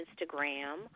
Instagram